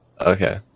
Okay